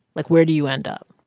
like, where do you end up?